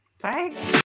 Bye